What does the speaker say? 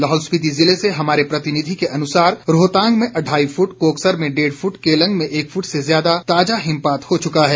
लाहौल स्पीति जिले से हमारे प्रतिनिधि के अनुसार रोहतांग में अढाई फुट कोकसर में डेढ फुट केलंग में एक फुट से ज्यादा ताजा हिमपात हो चुका है